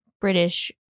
British